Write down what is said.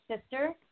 sister